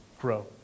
grow